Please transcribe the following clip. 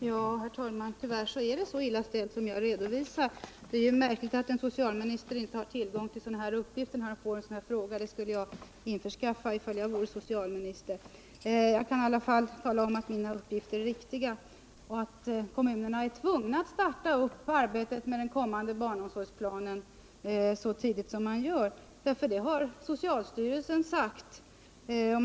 Herr talman! Tyvärr är det så illa ställt, och det är märkligt att en socialminister inte har tillgång till de här uppgifterna när han får en sådan här fråga. Vore jag socialminister skulle jag skaffa fram uppgifterna. Jag kan i alla fall tala om att mina uppgifter är riktiga och att kommunerna är tvungna att starta arbetet på den kommande barnomsorgsplanen så tidigt som man gör, eftersom socialstyrelsen sagt till om det.